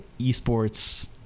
eSports